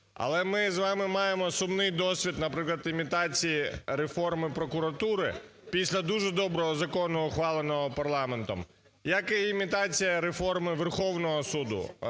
але ми з вами маємо сумний досвід, наприклад, імітації реформи прокуратури після дуже доброго закону, ухваленого парламентом, як і імітація реформи Верховного суду,